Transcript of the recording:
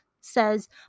says